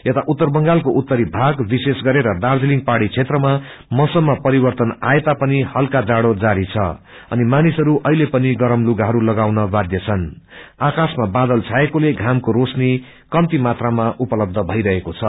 यता उत्तर बंगालको उत्तरी भाग विशेष गरेर दार्जीलिङ पाहाड़ी क्षेत्रमा मौसममा परिवव्रन आएता पनि हल्का जाड़ो जारीछ अनि मानिसहरू अहिले पनि गरम लुगाहरू लागाउन बाध्य छनृं आकाशमा बादल छाएकोले घामको रोशनी कम्ती मात्राामा उपलबध भईरहेको छ